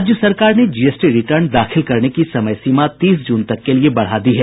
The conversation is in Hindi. राज्य सरकार ने जीएसटी रिटर्न दाखिल करने की समयसीमा तीस जून तक के लिये बढ़ा दी है